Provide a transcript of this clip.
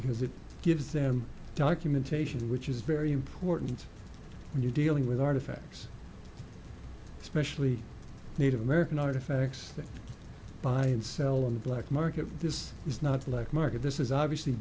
because it gives them documentation which is very important when you're dealing with artifacts especially native american artifacts that bind sell on the black market this is not black market this is obviously